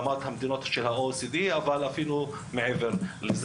למדינות ה- OECD ואפילו מעבר לזה.